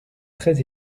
très